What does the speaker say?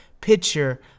picture